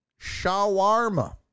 Shawarma